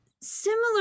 similar